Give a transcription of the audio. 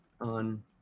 on